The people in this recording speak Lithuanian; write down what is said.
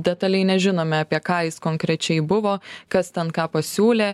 detaliai nežinome apie ką jis konkrečiai buvo kas ten ką pasiūlė